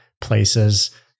places